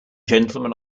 gentlemen